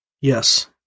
Yes